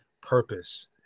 purpose